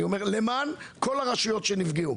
אלא למען כל הרשויות שנפגעו,